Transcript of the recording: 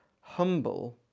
humble